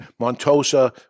Montosa